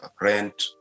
rent